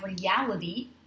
reality